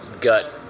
gut